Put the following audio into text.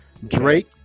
drake